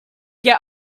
get